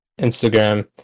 Instagram